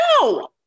No